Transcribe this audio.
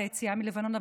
את היציאה מלבנון,